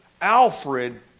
Alfred